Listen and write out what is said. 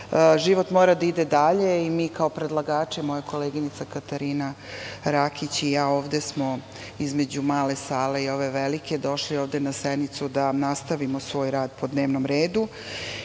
život mora da ide dalje i mi kao predlagači, moja koleginica Katarina Rakić i ja ovde smo između male sale i ove velike, došli ovde na sednicu da nastavimo svoj rad po dnevnom redu.